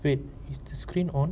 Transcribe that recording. wait is to screen on